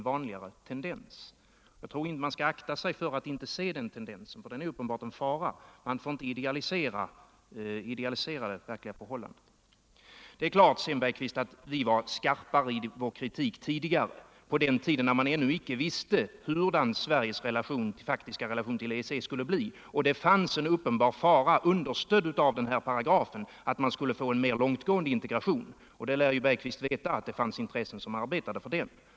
Man skall akta sig för att inte se den tendensen, den är uppenbart en fara. Man får inte idealisera det verkliga förhållandet. Det är klart, herr Bergqvist, att vi tidigare var skarpare i vår kritik, dvs. när man inte visste hur Sveriges faktiska relation till EEC skulle bli och det fanns en uppenbar fara, understödd av den här paragrafen, att man skulle få en mer långtgående integration. Herr Bergqvist lär veta att det fanns intressenter som arbetade för det.